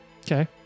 Okay